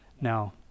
Now